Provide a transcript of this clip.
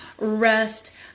Rest